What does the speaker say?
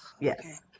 Yes